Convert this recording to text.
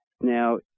Now